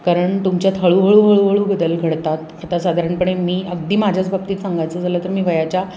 कारण तुमच्यात हळूहळू हळूहळू बदल घडतात आता साधारणपणे मी अगदी माझ्याच बाबतीत सांगायचं झालं तर मी वयाच्या